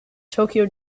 tokyo